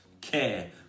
care